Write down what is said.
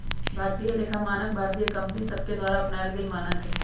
भारतीय लेखा मानक भारतीय कंपनि सभके द्वारा अपनाएल गेल मानक हइ